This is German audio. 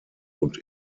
und